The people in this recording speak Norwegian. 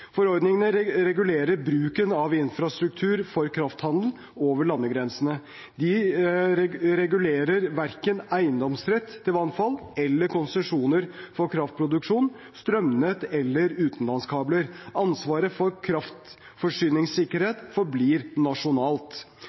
Forordningene regulerer bruken av infrastruktur for krafthandel over landegrensene. De regulerer verken eiendomsrett til vannfall eller konsesjoner for kraftproduksjon, strømnett eller utenlandskabler. Ansvaret for kraftforsyningssikkerhet forblir nasjonalt.